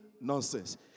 nonsense